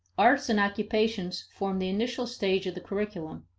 arts and occupations form the initial stage of the curriculum,